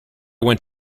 went